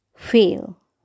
fail